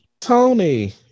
Tony